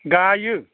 गायो